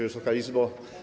Wysoka Izbo!